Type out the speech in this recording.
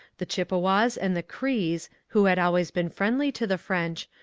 the chippewas and the crees, who had always been friendly to the french,